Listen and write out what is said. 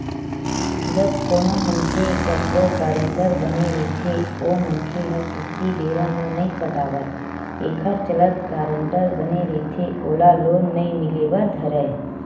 जब कोनो मनखे कखरो गारेंटर बने रहिथे ओ मनखे ह किस्ती बेरा म नइ पटावय एखर चलत गारेंटर बने रहिथे ओला लोन नइ मिले बर धरय